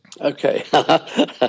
Okay